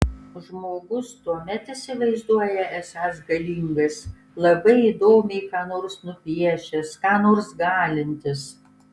žmogus tuomet įsivaizduoja esąs galingas labai įdomiai ką nors nupiešęs ką nors galintis